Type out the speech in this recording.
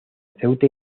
ceuta